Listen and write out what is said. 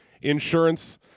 Insurance